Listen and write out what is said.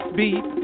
beat